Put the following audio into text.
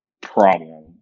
problem